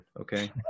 Okay